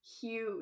huge